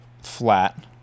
flat